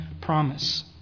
promise